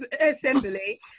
assembly